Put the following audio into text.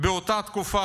באותה תקופה,